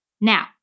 Now